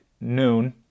noon